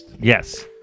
Yes